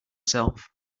self